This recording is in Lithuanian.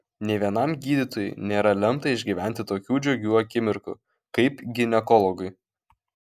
nė vienam gydytojui nėra lemta išgyventi tokių džiugių akimirkų kaip ginekologui